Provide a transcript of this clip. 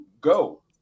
go